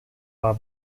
war